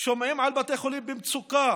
שומעים על בתי חולים במצוקה